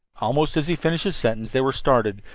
almost as he finished the sentence, they were started,